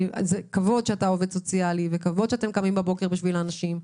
זה כבוד שאתה עובד סוציאלי ואתם קמים בבוקר עבור האנשים,